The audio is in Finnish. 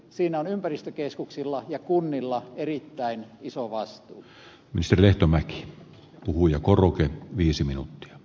siinä on ympäristökeskuksilla ja kunnilla erittäin iso vastuu missilehtomäki puhujakoroke viisi minuuttia